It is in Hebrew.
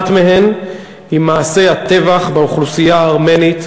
אחת מהן היא מעשי הטבח באוכלוסייה הארמנית